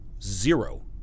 zero